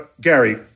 Gary